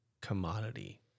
commodity